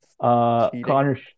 Connor